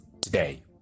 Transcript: today